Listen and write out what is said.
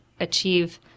achieve